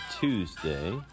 Tuesday